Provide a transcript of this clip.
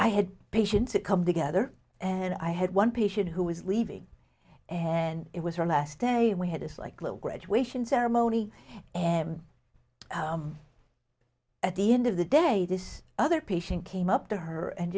i had patients come together and i had one patient who was leaving and it was her last day we had this like little graduation ceremony and at the end of the day this other patient came up to her and